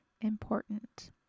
important